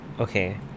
Okay